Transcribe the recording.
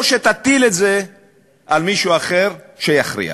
או שתטיל את זה על מישהו אחר שיכריע.